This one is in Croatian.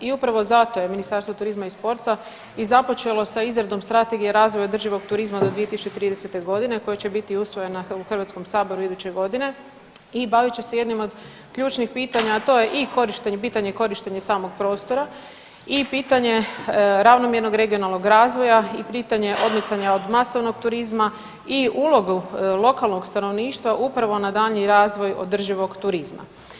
I upravo zato je Ministarstvo turizma i sporta i započelo sa izradom Strategije razvoja održivog turizma do 2030.g. koja će biti usvojena u HS iduće godine i bavit će se jednim od ključnih pitanja, a to je i korištenje, pitanje korištenja samog prostora i pitanje ravnomjernog regionalnog razvoja i pitanje odmicanja od masovnog turizma i ulogu lokalnog stanovništva upravo na daljnji razvoj održivog turizma.